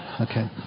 Okay